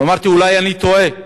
ואמרתי: אולי אני טועה,